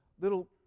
little